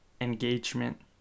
engagement